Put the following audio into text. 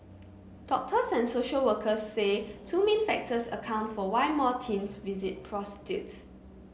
doctors and social workers say two main factors account for why more teens visit prostitutes